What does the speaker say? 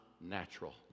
natural